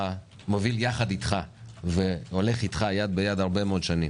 מוביל ביחד אתך והולך אתך יד ביד הרבה מאוד שנים.